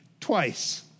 twice